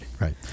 right